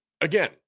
again